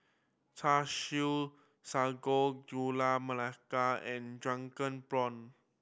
Char Siu Sago Gula Melaka and drunken prawn